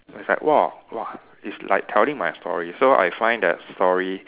it's like !wah! !wah! it's like telling my story so I find that story